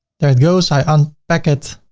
there it goes. i unpack it.